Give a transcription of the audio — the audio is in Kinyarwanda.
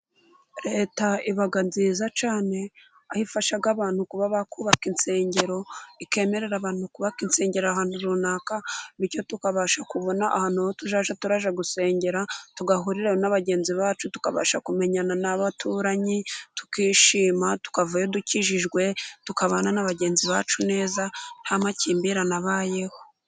Leta iba nziza cyane aho ifasha abantu kuba bakubaka insengero, ikemerera abantu kubaka insengeraro ahantu runaka, bityo tukabasha kubona ahantu tujya turajya gusengera tugahurira na bagenzi bacu, tukabasha kumenyana n'abaturanyi tukishima, tukavayo dukijijwe tukabana na bagenzi bacu neza nta makimbirane abayeho.